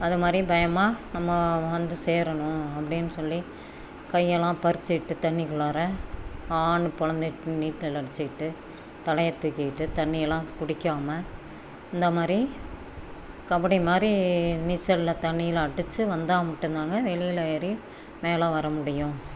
அது மாதிரி பயமாக நம்ம வந்து சேரணும் அப்படின்னு சொல்லி கையெல்லாம் பரித்து எடுத்து தண்ணிக்குள்ளார ஆன்னு பிளந்துக்கிட்டு நீச்சல் அடிச்சுக்கிட்டு தலையை தூக்கிக்கிட்டு தண்ணியெல்லாம் குடிக்காமல் இந்த மாதிரி கபடி மாதிரி நீச்சலில் தண்ணியில் அடித்து வந்தால் மட்டும்தாங்க வெளியில் ஏறி மேலே வர முடியும்